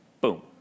Boom